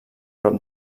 prop